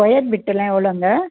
square பிட்டெலாம் எவ்வளோங்க